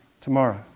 tomorrow